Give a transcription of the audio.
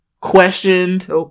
questioned